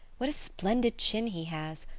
what a splendid chin he has!